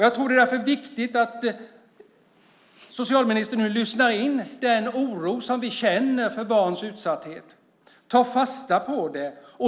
Jag tror därför att det är viktigt att socialministern nu lyssnar in den oro som vi känner för barns utsatthet och tar fasta på den.